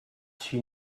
she